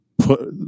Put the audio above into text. put